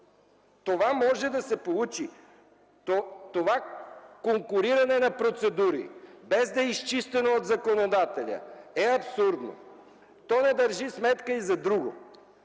Това може да се получи. Това конкуриране на процедури, без да е изчистено от законодателя, е абсурдно! То не държи сметка и за друго.